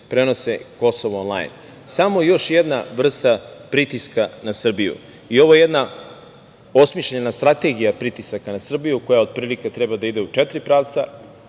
prenose Kosovo onlajn. Samo još jedna vrsta pritiska na Srbiji. Ovo je jedna osmišljena strategija pritisaka na Srbiju koja otprilike treba da ide u četiri pravca.